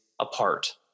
apart